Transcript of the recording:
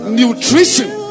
nutrition